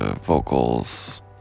vocals